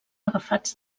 agafats